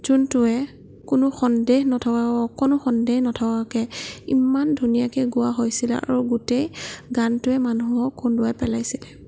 যোনটোৱে কোনো সন্দেহ নথকাকৈ একো সন্দেহ নথকাকৈ ইমান ধুনীয়াকৈ গোৱা হৈছিলে আৰু গোটেই গানটোৱে মানুহক কন্দুৱাই পেলাইছিলে